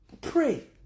Pray